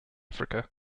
africa